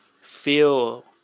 feel